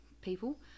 people